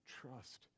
trust